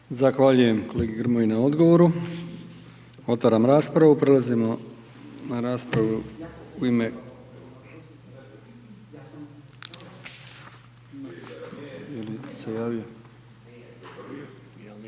Zahvaljujem kolegi Grmoji na odgovoru. Otvaram raspravu, prelazimo na raspravu u ime,